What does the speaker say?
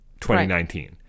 2019